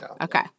Okay